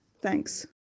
Thanks